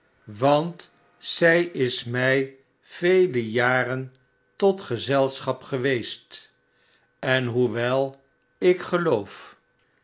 want zij is mij vele jaren tot gezelschap geweest enhoewel ik geloof